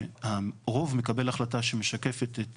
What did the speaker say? כשהרוב מקבל החלטה שמשקפת את